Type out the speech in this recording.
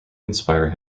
inspire